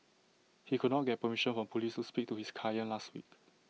he could not get permission from Police to speak to his client last week